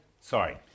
sorry